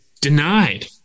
denied